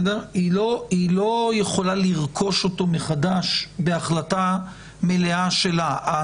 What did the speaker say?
היא לא יכולה לרכוש אותו מחדש בהחלטה מלאה שלה.